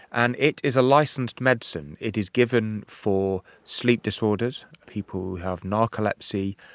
and it is a licensed medicine. it is given for sleep disorders, people who have narcolepsy.